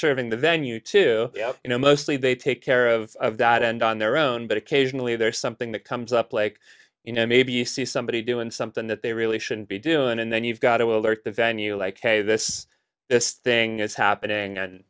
serving the venue too you know mostly they take care of that end on their own but occasionally there's something that comes up like you know maybe you see somebody doing something that they really shouldn't be doing and then you've got to alert the venue like hey this this thing is happening and